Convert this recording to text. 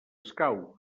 escau